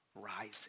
rising